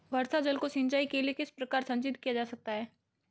वर्षा जल को सिंचाई के लिए किस प्रकार संचित किया जा सकता है?